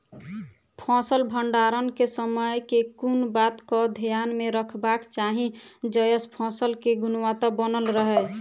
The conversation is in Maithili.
फसल भण्डारण केँ समय केँ कुन बात कऽ ध्यान मे रखबाक चाहि जयसँ फसल केँ गुणवता बनल रहै?